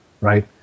right